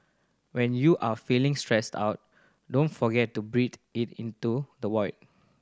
when you are feeling stressed out don't forget to breathe it into the void